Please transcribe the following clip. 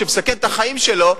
שמסכן את החיים שלו,